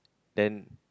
then